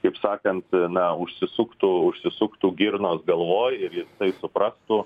kaip sakant na užsisuktų užsisuktų girnos galvoj tai suprastų